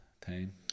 time